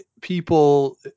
people